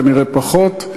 כנראה פחות,